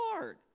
Lord